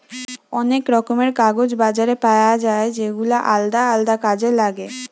অনেক রকমের কাগজ বাজারে পায়া যাচ্ছে যেগুলা আলদা আলদা কাজে লাগে